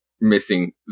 missing